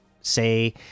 say